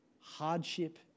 hardship